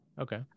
Okay